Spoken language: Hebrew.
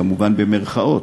כמובן במירכאות,